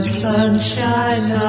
sunshine